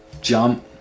Jump